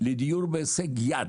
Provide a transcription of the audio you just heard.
לדיור בהישג יד.